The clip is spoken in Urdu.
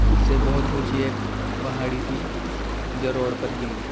سے بہت اونچی ایک پہاڑی تھی جو روڈ پر گری